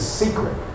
secret